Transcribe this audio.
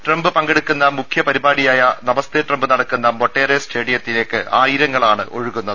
Trump പങ്കെടുക്കുന്ന മുഖ്യപരിപാടിയായ Namaste Trump നടക്കുന്ന മൊട്ടേര സ്റ്റേഡിയത്തിലേക്ക് ആയിരങ്ങളാണ് ഒഴുകുന്നത്